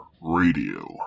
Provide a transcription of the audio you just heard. Radio